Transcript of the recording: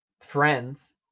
friends